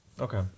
Okay